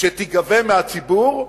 שתיגבה מהציבור,